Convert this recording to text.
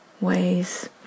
ways